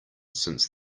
since